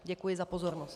Děkuji za pozornost.